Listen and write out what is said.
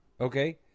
okay